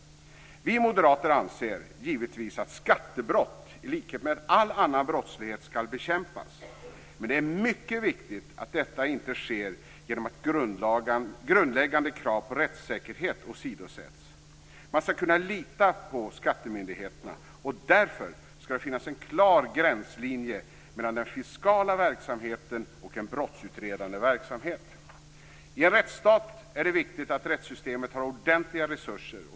Vi moderater anser givetvis att skattebrott, i likhet med all annan brottslighet, skall bekämpas. Men det är mycket viktigt att detta inte sker genom att grundläggande krav på rättssäkerhet åsidosätts. Man skall kunna lita på skattemyndigheterna. Därför skall det finnas en klar gränslinje mellan den fiskala verksamheten och en brottsutredande verksamhet. I en rättsstat är det viktigt att rättssystemet har ordentliga resurser.